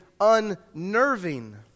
unnerving